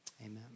Amen